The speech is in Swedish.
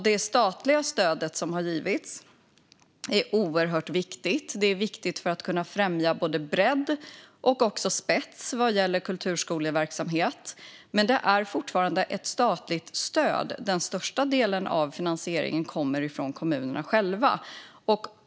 Det statliga stöd som har givits är oerhört viktigt för att kunna främja både bredd och spets vad gäller kulturskoleverksamhet. Men det är fortfarande ett statligt stöd ; den största delen av finansieringen kommer från kommunerna själva.